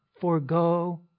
Forgo